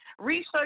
Research